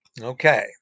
okay